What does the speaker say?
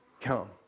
come